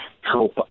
help